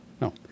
No